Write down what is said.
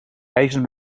reizen